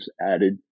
added